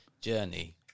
journey